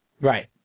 Right